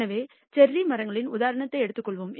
எனவே செர்ரி மரங்களின் உதாரணத்தை எடுத்துக் கொள்வோம்